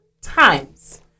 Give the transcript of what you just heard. times